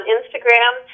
Instagram